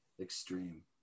Extreme